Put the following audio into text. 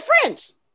friends